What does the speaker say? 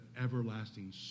everlasting